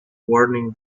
warning